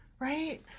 right